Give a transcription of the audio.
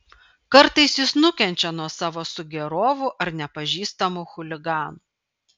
kartais jis nukenčia nuo savo sugėrovų ar nepažįstamų chuliganų